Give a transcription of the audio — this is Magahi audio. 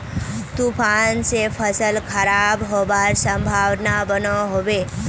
तूफान से फसल खराब होबार संभावना बनो होबे?